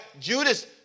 Judas